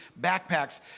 backpacks